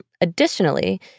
Additionally